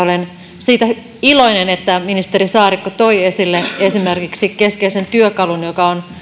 olen siitä iloinen että ministeri saarikko toi esille esimerkiksi keskeisen työkalun joka on